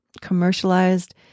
commercialized